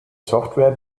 software